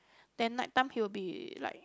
then night time he will be like